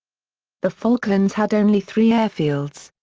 the falklands had only three airfields.